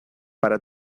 para